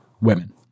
Women